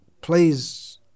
please